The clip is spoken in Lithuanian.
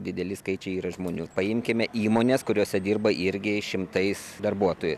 dideli skaičiai yra žmonių paimkime įmones kuriose dirba irgi šimtais darbuotojų